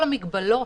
כל המגבלות